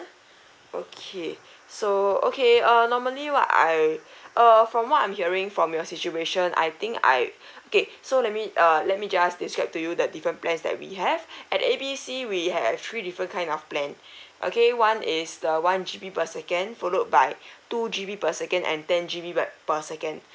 okay so okay uh normally what I err from what I'm hearing from your situation I think I okay so let me uh let me just describe to you the different plans that we have at A B C we have three different kind of plan okay one is the one G_B per second followed by two G_B per second and ten G_B per per second